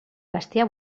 bestiar